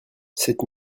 cette